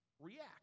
react